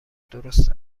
درست